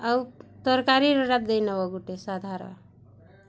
ଆଉ ତରକାରୀରଟା ଦେଇନବ ଗୁଟେ ସାଧାର